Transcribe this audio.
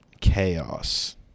chaos